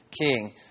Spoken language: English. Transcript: king